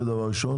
זה דבר ראשון,